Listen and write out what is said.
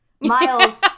Miles